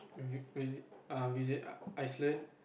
v~ visit uh Iceland